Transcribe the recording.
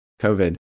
COVID